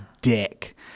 dick